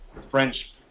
French